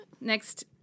next